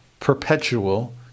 perpetual